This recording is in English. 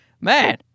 Man